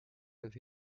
and